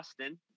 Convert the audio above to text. Austin